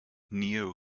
neo